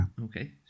Okay